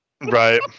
right